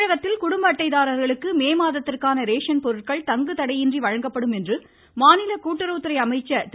தமிழகத்தில் குடும்ப அட்டைதாரர்களுக்கு மே மாதத்திற்கான ரேசன் பொருட்கள் தங்குதடையின்றி வழங்கப்படும் என்று மாநில கூட்டுறவுத்துறை அமைச்சர் திரு